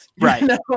Right